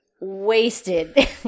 wasted